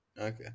Okay